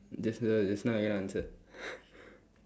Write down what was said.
just now just now I cannot answer